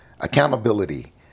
Accountability